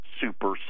super